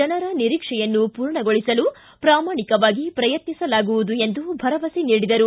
ಜನರ ನಿರೀಕ್ಷೆಯನ್ನು ಪೂರ್ಣಗೊಳಿಸಲು ಪ್ರಾಮಾಣಿಕವಾಗಿ ಪ್ರಯತ್ನಿಸಲಾಗುವುದು ಎಂದು ಭರವಸೆ ನೀಡಿದರು